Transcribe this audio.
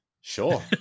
sure